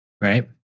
Right